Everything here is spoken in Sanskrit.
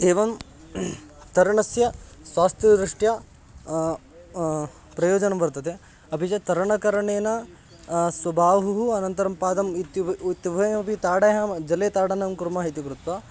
एवं तरणस्य स्वास्थ्यदृष्ट्या प्रयोजनं वर्तते अपि च तरणकरणेन स्वबाहुः अनन्तरं पादः इत्युब् इत्युभयमपि ताडयामः जले ताडनं कुर्मः इति कृत्वा